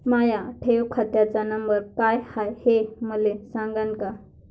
माया ठेव खात्याचा नंबर काय हाय हे मले सांगान का?